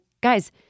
guys